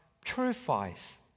purifies